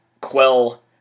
quell